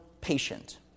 patient